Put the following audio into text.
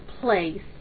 place